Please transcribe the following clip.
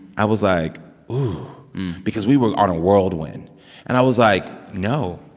i was like ooh because we were on a whirlwind. and i was like, no.